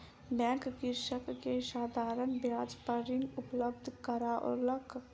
bank कृषक के साधारण ब्याज पर ऋण उपलब्ध करौलक